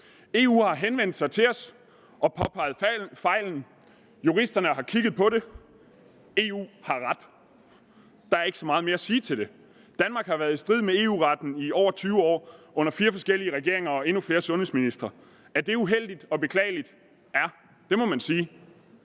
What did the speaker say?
EU har henvendt sig til os og påpeget fejlen, juristerne har kigget på det. EU har ret; der er ikke så meget mere at sige til det. Det, som Danmark har gjort, har været i strid med EU-retten i over 20 år, under flere forskellige regeringer og under endnu flere sundhedsministre. Er det uheldigt, og er det beklageligt? Ja, det må man sige.